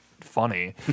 funny